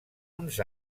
uns